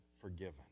forgiven